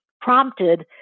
prompted